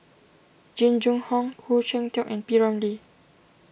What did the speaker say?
Jing Jun Hong Khoo Cheng Tiong and P Ramlee